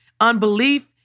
unbelief